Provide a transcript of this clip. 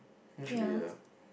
not should be a